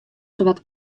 sawat